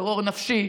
טרור נפשי,